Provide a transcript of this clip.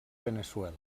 veneçuela